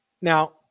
Now